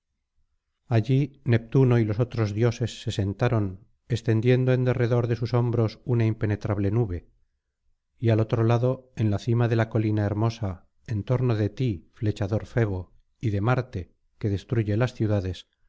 allí neptuno y los otros dioses se sentaron extendiendo en derredor de sus hombros una impenetrable nube y al otro lado en la cima de la colina hermosa en torno de ti flechador febo y de marte que destruye las ciudades